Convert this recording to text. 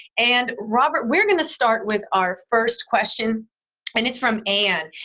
and robert, we are going to start with our first question and it's from anne.